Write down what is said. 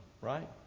right